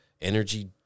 energy